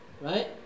right